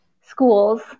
schools